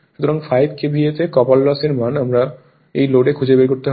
সুতরাং 5 KVA তে copper loss এর মান আমাদের এই লোড এ খুঁজে বের করতে হবে